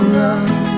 love